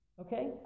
Okay